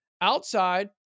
outside